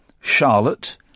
Charlotte